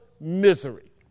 misery